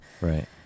Right